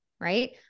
right